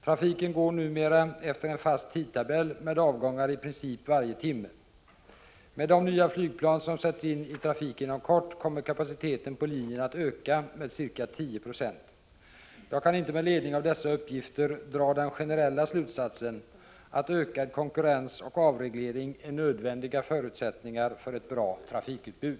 Trafiken går numera efter en fast tidtabell med avgångar i princip varje timme. Med de nya flygplan som sätts in i trafik inom kort kommer kapaciteten på linjen att öka med ca 10 96. Jag kan inte med ledning av dessa uppgifter dra den generella slutsatsen att ökad konkurrens och avreglering är nödvändiga förutsättningar för ett bra trafikutbud.